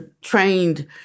trained